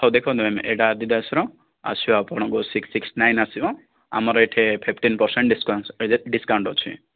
ହଉ ଦେଖନ୍ତୁ ମ୍ୟାମ୍ ଏଇଟା ଆଡିଦାସ୍ର ଆସିବ ଆପଣଙ୍କୁ ସିକ୍ସ ସିକ୍ସ ନାଇନ୍ ଆସିବ ଆମର ଏଠି ଫିଫ୍ଟିନ ପରସେଣ୍ଟ ଡିସ୍କାଉଣ୍ଟ ଡିସ୍କାଉଣ୍ଟ ଅଛି